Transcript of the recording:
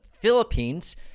Philippines